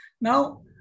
Now